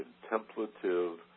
contemplative